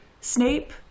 Snape